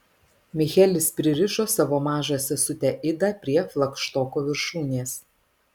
michelis pririšo savo mažą sesutę idą prie flagštoko viršūnės